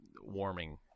warming